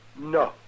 No